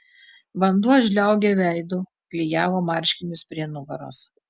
vanduo žliaugė veidu klijavo marškinius prie nugaros